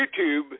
YouTube